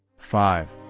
five.